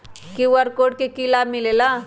QR code से कि कि लाव मिलेला?